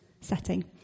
setting